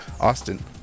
Austin